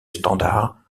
standard